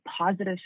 positive